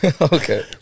Okay